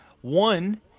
One